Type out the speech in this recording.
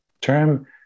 term